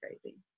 crazy